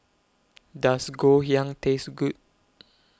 Does Ngoh Hiang Taste Good